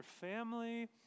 family